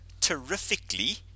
terrifically